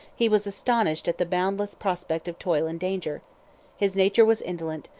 he was astonished at the boundless prospect of toil and danger his nature was indolent,